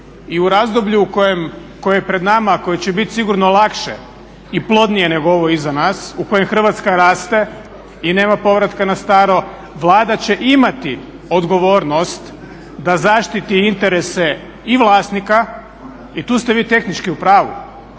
I u razdoblju koje je pred nama a koje će bit sigurno lakše i plodnije nego ovo iza nas, u kojem Hrvatska raste i nema povratka na staro Vlada će imati odgovornost da zaštiti interese i vlasnika i tu ste vi tehnički u pravu,